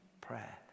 prayer